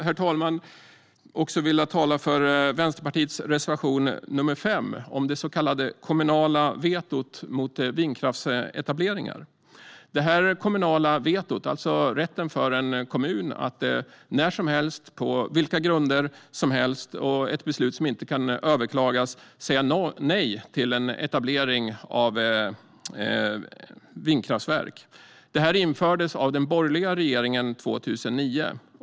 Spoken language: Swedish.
Jag skulle också vilja tala för Vänsterpartiets reservation nr 5, om det så kallade kommunala vetot mot vindkraftsetableringar. Det kommunala vetot, alltså rätten för en kommun att när som helst, på vilka grunder som helst och genom ett beslut som inte kan överklagas säga nej till en etablering av vindkraftverk. Detta infördes av den borgerliga regeringen 2009.